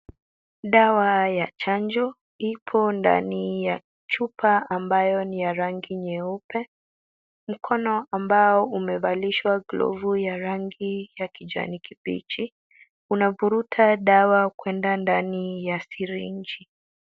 Dawa ya chanjo ipo ndani ya chupa ambayo ni ya rangi nyeupe. Mkono ambao umevalishwa glove ya rangi ya kijani kibichi, unavuruta dawa kwenda ndani ya syringe .